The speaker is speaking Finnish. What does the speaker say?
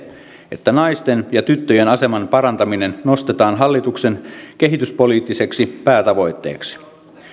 että naisten ja tyttöjen aseman parantaminen nostetaan hallituksen kehityspoliittiseksi päätavoitteeksi